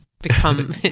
become